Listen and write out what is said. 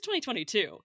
2022